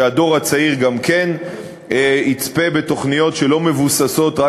שהדור הצעיר גם כן יצפה בתוכניות שלא מבוססות רק